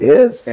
Yes